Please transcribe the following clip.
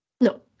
No